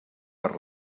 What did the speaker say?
per